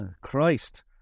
Christ